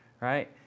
right